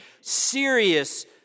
serious